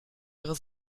ihre